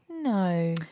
No